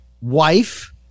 Wife